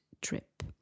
trip